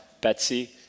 Betsy